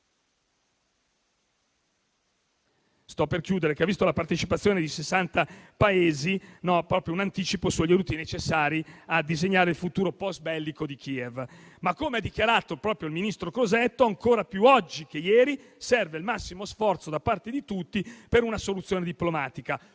automaticamente) ...*che ha visto la partecipazione di 60 Paesi, proprio per un anticipo sugli aiuti necessari a disegnare il futuro post-bellico di Kiev. Come però ha dichiarato proprio il ministro Crosetto, oggi ancora più di ieri serve il massimo sforzo da parte di tutti per una soluzione diplomatica,